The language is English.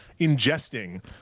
ingesting